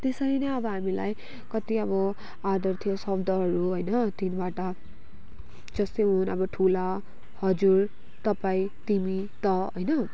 त्यसरी नै अब हामीलाई कति अब आदर्थी शब्दहरू होइन तिनवटा जस्तै हुन् अब ठुला हजुर तपाईँ तिमी तँ होइन